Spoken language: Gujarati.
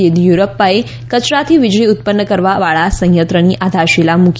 ચેદિયુરપ્પાએ કચરાથી વિજળી ઉત્પન્ન કરવા વાળા સંયંત્રની આધારશિલા મૂકી